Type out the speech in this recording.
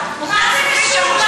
מה זה קשור?